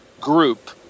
group